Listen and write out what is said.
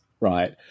right